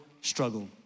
struggle